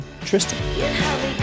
Tristan